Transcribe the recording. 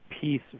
piece